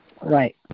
right